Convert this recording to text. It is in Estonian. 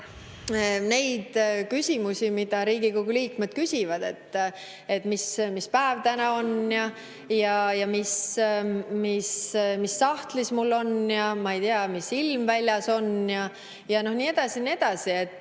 neid küsimusi, mida Riigikogu liikmed küsivad, et mis päev täna on ja mis mul sahtlis on ja ma ei tea, mis ilm väljas on, ja nii edasi ja